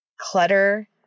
clutter